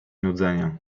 nudzenia